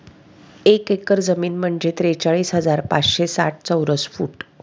एक एकर जमीन म्हणजे त्रेचाळीस हजार पाचशे साठ चौरस फूट